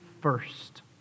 first